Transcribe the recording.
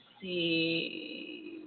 see